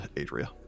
Adria